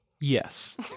Yes